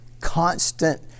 constant